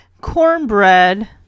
cornbread